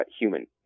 human